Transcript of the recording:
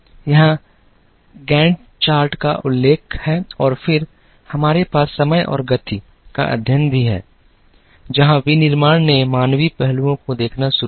यहाँ Gantt chart का उल्लेख है और फिर हमारे पास समय और गति का अध्ययन भी है जहाँ विनिर्माण ने मानवीय पहलुओं को देखना शुरू किया